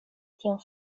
tion